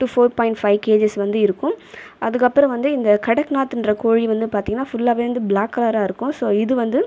to four point five KGs வந்து வரைக்கும் இருக்கும் அதுக்கு அப்புறம் வந்து இந்த கடக்நாத் என்ற கோழி வந்து ஃபுல்லாகவே பிளாக் கலராக இருக்கும் ஸோ இது வந்து